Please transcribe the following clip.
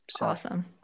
Awesome